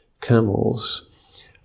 camels